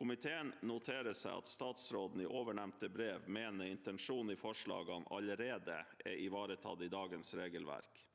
Komiteen noterer seg at statsråden i ovennevnte brev mener intensjonene i forslagene allerede er ivaretatt i dagens regelverk,